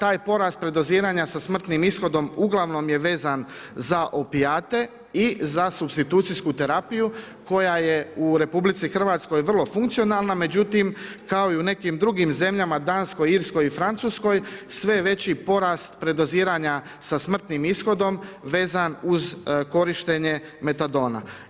Taj porast predoziranja sa smrtnim ishodom uglavnom je vezan za opijate i za supstitucijsku terapiju koja je u RH vrlo funkcionalna, međutim kao i u nekim drugim zemljama Danskoj, Irskoj i Francuskoj sve je veći porast predoziranja sa smrtnim ishodom vezan uz korištenje metadona.